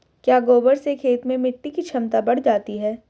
क्या गोबर से खेत में मिटी की क्षमता बढ़ जाती है?